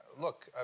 look